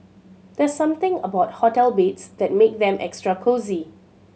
there's something about hotel beds that make them extra cosy